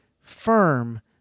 firm